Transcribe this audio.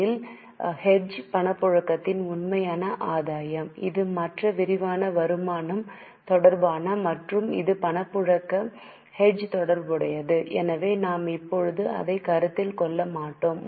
யில் ஹெட்ஜ்களில் பணப்புழக்கத்தின் உண்மையான ஆதாயம் இது மற்ற விரிவான வருமானம் தொடர்பான ஐட்டம் மற்றும் இது பணப்புழக்க ஹெட்ஜ்களுடன் தொடர்புடையது எனவே நாம் இப்போது அதை கருத்தில் கொள்ள மாட்டோம்